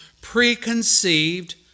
preconceived